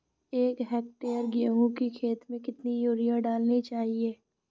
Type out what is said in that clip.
एक हेक्टेयर गेहूँ की खेत में कितनी यूरिया डालनी चाहिए?